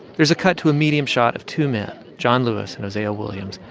there's a cut to a medium shot of two men, john lewis and hosea williams,